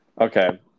Okay